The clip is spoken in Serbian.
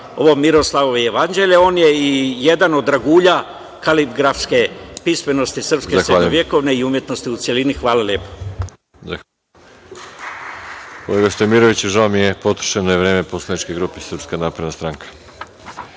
ovo Miroslavljevo jevanđelje. On je jedan od dragulja kaligrafske pismenosti srpske srednjovekovne i umetnosti u celini. Hvala lepo.